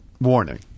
warning